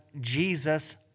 Jesus